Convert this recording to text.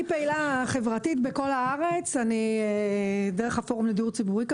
אני פעילה חברתית בכל הארץ דרך הפורום לדיור ציבורי.